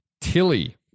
Tilly